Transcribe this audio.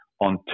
on